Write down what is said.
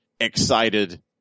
excited